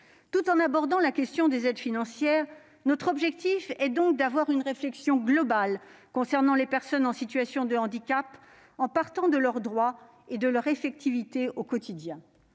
Tout en abordant la question des aides financières, notre objectif est donc de mener une réflexion globale sur les personnes en situation de handicap, en partant de leurs droits et de leur mise en oeuvre effective au quotidien.